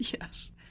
Yes